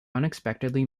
unexpectedly